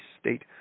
state